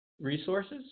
Resources